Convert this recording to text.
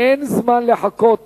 אין זמן לחכות